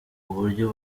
uburyo